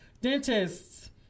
dentists